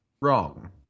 wrong